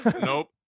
Nope